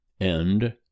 End